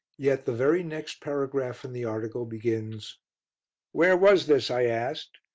yet the very next paragraph in the article begins where was this i asked.